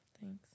Thanks